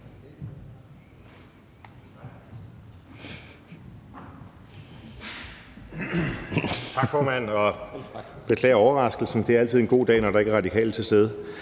Tak, formand, og jeg beklager overraskelsen. Det er altid en god dag, når der ikke er Radikale til stede,